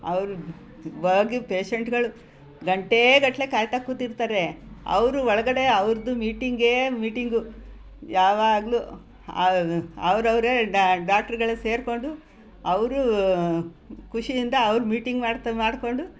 ಅವ್ರು ಹೋಗಿ ಪೇಷೆಂಟುಗಳು ಗಂಟೇಗಟ್ಟಲೆ ಕಾಯ್ತಾ ಕೂತಿರ್ತಾರೆ ಅವರು ಒಳಗಡೆ ಅವ್ರದ್ದು ಮೀಟಿಂಗೇ ಮೀಟಿಂಗು ಯಾವಾಗಲೂ ಅವ್ರು ಅವರೇ ಡಾಕ್ಟ್ರುಗಳು ಸೇರಿಕೊಂಡು ಅವರು ಖುಷಿಯಿಂದ ಅವ್ರು ಮೀಟಿಂಗ್ ಮಾಡ್ತಾ ಮಾಡಿಕೊಂಡು